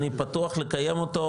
אני פתוח לקיים אותו,